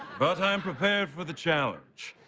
but i'm prepared for the challenge.